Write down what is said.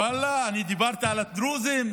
ואללה אני דיברתי על הדרוזים,